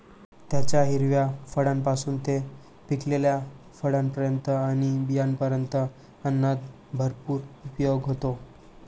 त्याच्या हिरव्या फळांपासून ते पिकलेल्या फळांपर्यंत आणि बियांपर्यंत अन्नात भरपूर उपयोग होतो